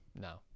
No